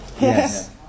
yes